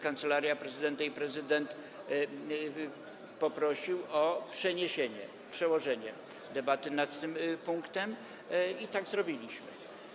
Kancelaria Prezydenta i prezydent poprosili o przeniesienie, przełożenie debaty nad tym punktem i tak zrobiliśmy.